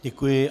Děkuji.